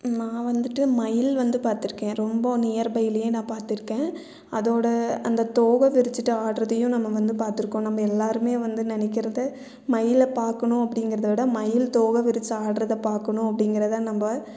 நான் வந்துட்டு மயில் வந்து பார்த்துருக்கேன் ரொம்ப நியர் பைலயே நான் பார்த்துருக்கன் அதோடய அந்த தோகை விரிச்சுட்டு ஆட்டுறதையும் நம்ம வந்து பார்த்துருக்கோம் நம்ம எல்லோருமே வந்து நினைக்கிறது மயிலை பார்க்கணும் அப்படிங்கறத விட மயில் தோகை விரித்து ஆடுறத பார்க்கணும் அப்படிங்கறத நம்ம